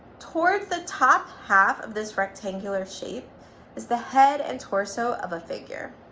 towards the top half of this rectangular shape is the head and torso of a figure.